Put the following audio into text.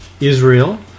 Israel